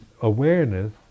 awareness